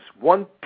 one